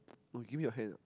no give me your hand